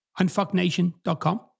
unfucknation.com